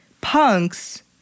punks